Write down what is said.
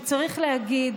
שצריך להגיד